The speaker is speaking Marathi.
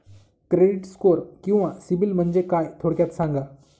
क्रेडिट स्कोअर किंवा सिबिल म्हणजे काय? थोडक्यात सांगा